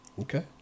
Okay